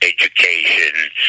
education